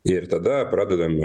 ir tada pradedame